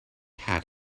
hat